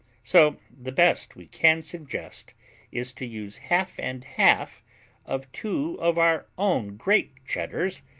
so the best we can suggest is to use half-and-half of two of our own great cheddars,